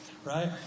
right